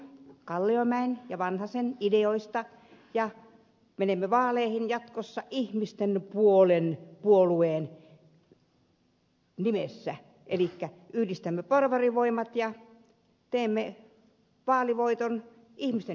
kalliomäen ja vanhasen ideoista ja menemme vaaleihin jatkossa ihmisten puolueen nimissä elikkä yhdistämme porvarivoimat ja teemme vaalivoiton ihmisten hyväksi